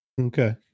Okay